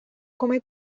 come